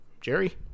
jerry